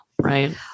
Right